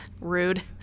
Rude